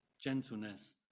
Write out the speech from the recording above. gentleness